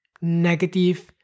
negative